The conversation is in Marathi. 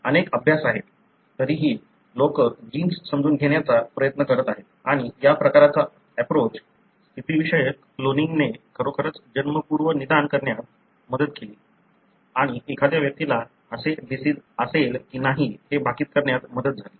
अनेक अभ्यास आहेत तरीही लोक जीन्स समजून घेण्याचा प्रयत्न करत आहेत आणि या प्रकारचा एप्रोच स्थितीविषयक क्लोनिंगने खरोखरच जन्मपूर्व निदान करण्यात मदत केली आणि एखाद्या व्यक्तीला असे डिसिज असेल की नाही हे भाकीत करण्यात मदत झाली